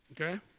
Okay